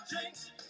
drinks